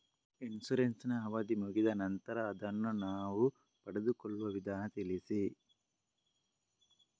Insurance ನ ಅವಧಿ ಮುಗಿದ ನಂತರ ಅದನ್ನು ನಾವು ಪಡೆದುಕೊಳ್ಳುವ ವಿಧಾನ ತಿಳಿಸಿ?